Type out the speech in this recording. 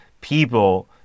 people